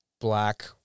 black